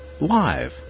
live